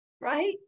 right